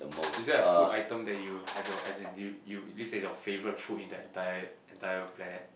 is there a food item that you have your as in you you list as your favourite food in the entire entire planet